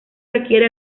requiere